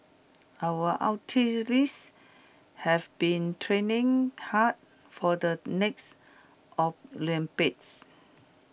our athletes have been training hard for the next Olympics